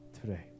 today